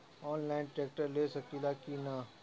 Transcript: Online tractor ले सकीला कि न?